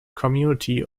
community